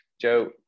Joe